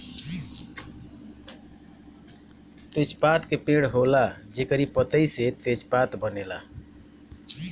तेजपात के पेड़ होला जेकरी पतइ से तेजपात बनेला